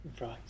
right